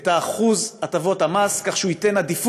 את שיעור